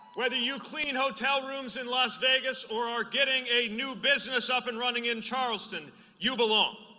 whether you clean hotel rooms in las vegas or are getting a new business up and running in charleston you belong.